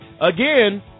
Again